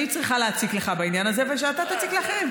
צריכה להציק לך בעניין הזה ושאתה תציק לאחרים.